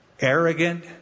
arrogant